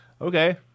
Okay